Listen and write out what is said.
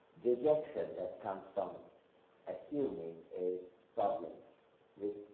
dejection that comes from assuming a problem which